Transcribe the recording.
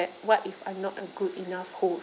what if I'm not a good enough host